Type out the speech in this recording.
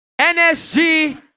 NSG